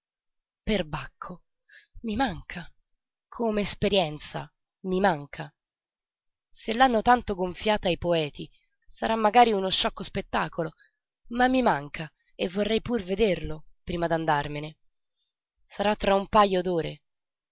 erbacco i manca come esperienza mi manca se l'hanno tanto gonfiata i poeti sarà magari uno sciocco spettacolo ma mi manca e vorrei pur vederlo prima d'andarmene sarà tra un pajo